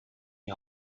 die